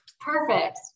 Perfect